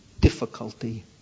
difficulty